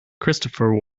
christopher